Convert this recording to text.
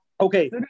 Okay